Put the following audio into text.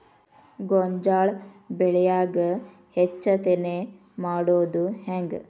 ಗೋಂಜಾಳ ಬೆಳ್ಯಾಗ ಹೆಚ್ಚತೆನೆ ಮಾಡುದ ಹೆಂಗ್?